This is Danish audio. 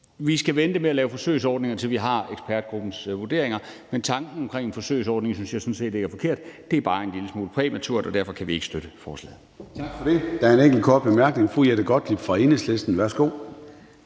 vi skal vente med at lave forsøgsordninger, til vi har ekspertgruppens vurderinger. Men tanken omkring en forsøgsordning synes jeg sådan set ikke er forkert, det er bare en lille smule præmaturt, og derfor kan vi ikke støtte forslaget.